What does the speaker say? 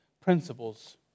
principles